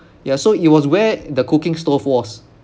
yeah so it was where the cooking stove was